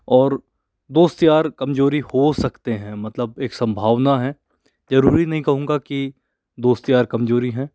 और दोस्त यार कमजोरी हो सकते हैं मतलब एक सम्भावना है ज़रूरी नहीं कहूँगा कि दोस्त यार कमजोरी हैं